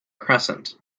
crescent